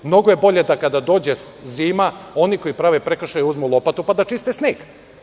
Mnogo je bolje da, kada dođe zima, oni koji prave prekršaj uzmu lopatu, pa da čiste sneg.